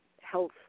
health